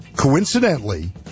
Coincidentally